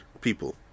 people